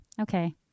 Okay